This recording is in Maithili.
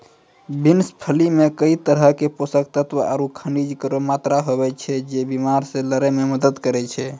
बिन्स फली मे कई तरहो क पोषक तत्व आरु खनिज केरो मात्रा होय छै, जे बीमारी से लड़ै म मदद करै छै